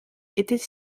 étaient